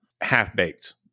half-baked